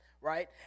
right